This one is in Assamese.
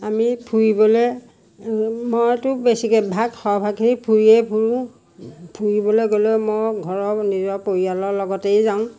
আমি ফুৰিবলৈ মইতো বেছিকৈ ভাগ সৰহভাগে ফুৰিয়ে ফুৰোঁ ফুৰিবলৈ গ'লে মই ঘৰৰ নিজৰ পৰিয়ালৰ লগতেই যাওঁ